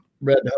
Red